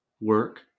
work